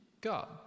God